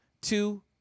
Two